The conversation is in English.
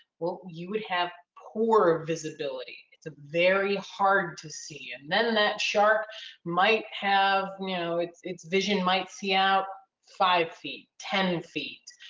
well, you would have poor visibility. it's ah very hard to see. and then that shark might have, you know its its vision might see out five feet, ten and feet,